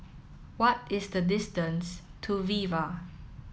what is the distance to Viva